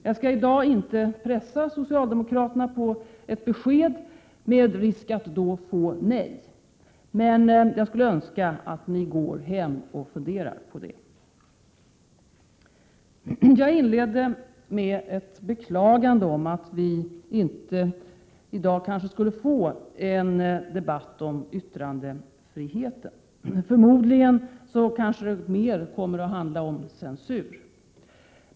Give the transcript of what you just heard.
Jag skall inte i dag pressa socialdemokraterna på ett besked, med risk att få ett nej. Men jag skulle önska att ni gick hem och funderade på frågan. Jag inledde med ett beklagande om att vi i dag kanske inte skulle få en debatt om yttrandefriheten. Förmodligen kommer det att handla mer om censur.